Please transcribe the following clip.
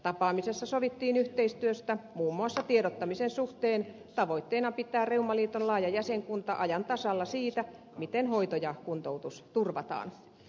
tapaamisessa sovittiin yhteistyöstä muun muassa tiedottamisen suhteen tavoitteena pitää reumaliiton laaja jäsenkunta ajan tasalla siitä miten hoito ja kuntoutus turvataan